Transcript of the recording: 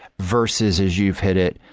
versus as you've hit it,